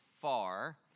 far